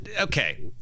okay